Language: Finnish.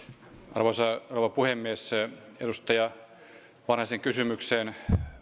arvoisa rouva puhemies edustaja vanhasen kysymykseen